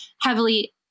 heavily